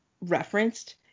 referenced